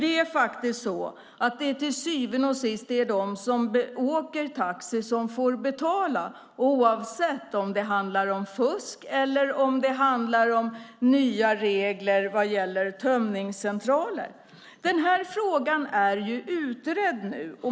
Det är faktiskt så att det till syvende och sist är de som åker taxi som får betala, oavsett om det handlar om fusk eller om det handlar om nya regler för tömningscentraler. Denna fråga är utredd nu.